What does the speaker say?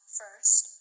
first